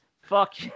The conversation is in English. Fuck